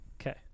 Okay